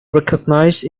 recognised